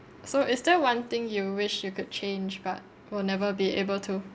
so is there one thing you wish you could change but will never be able to